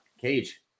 Cage